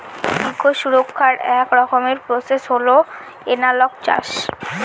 eco সুরক্ষার এক রকমের প্রসেস হল এনালগ চাষ